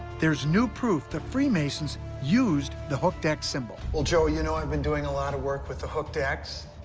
there's new proof the freemasons used the hooked x symbol. well, joe, you know i've been doing a lot of work with the hooked x,